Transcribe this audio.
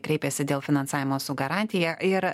kreipėsi dėl finansavimo su garantija ir